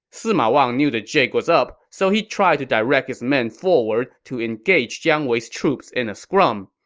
sima wang knew the jig was up, so he tried to direct his men forward to engage jiang wei's troops in a scrum.